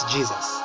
Jesus